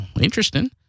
Interesting